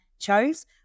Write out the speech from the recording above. chose